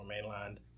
mainland